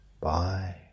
Bye